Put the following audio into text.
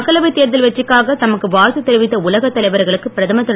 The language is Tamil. மக்களவைத் தேர்தல் வெற்றிக்காக தமக்கு வாழ்த்து தெரிவித்த உலகத் தலைவர்களுக்கு பிரதமர் திரு